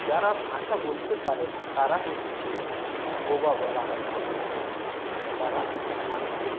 যারা ভাষা বলতে পারে না তারা হচ্ছে বোবা বলা হয় সাধারণত তারা মানুষকে